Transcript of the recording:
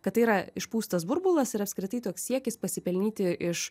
kad tai yra išpūstas burbulas ir apskritai toks siekis pasipelnyti iš